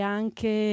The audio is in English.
anche